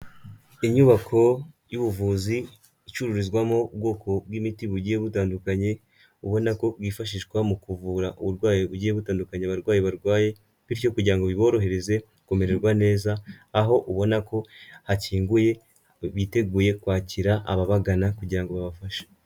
Inyubako y'ubuvuzi icururizwamo ubwoko bw'imiti bugiye butandukanye, ubona ko bwifashishwa mu kuvura uburwayi bugiye butandukanya abarwayi barwaye, bityo kugira ngo biborohereze kumererwa neza, aho ubona ko hakinguye biteguye kwakira ababagana kugira ngo babafashe.